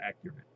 accurate